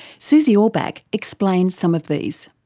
susie orbach explains some of these.